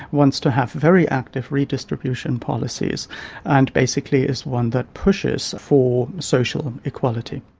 what's to have very active redistribution policies and basically is one that pushes for social equality.